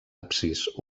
absis